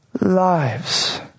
lives